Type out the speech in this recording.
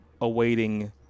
awaiting